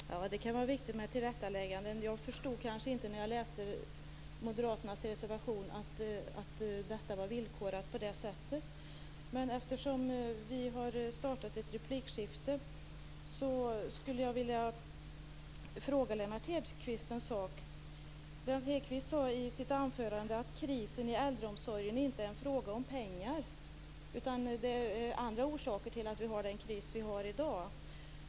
Herr talman! Det kan vara viktigt med tillrättalägganden. När jag läste moderaternas motion förstod jag kanske inte att detta var villkorat på det sättet. Eftersom vi har startat ett replikskifte skulle jag vilja fråga Lennart Hedquist en sak. Lennart Hedquist sade i sitt anförande att krisen i äldreomsorgen inte är en fråga om pengar utan att det är andra orsaker till att vi har den kris vi har i dag.